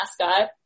mascot